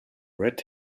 red